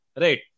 Right